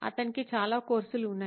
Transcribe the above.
అతనికి చాలా కోర్సులు ఉన్నాయి